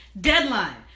Deadline